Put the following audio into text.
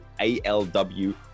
ALW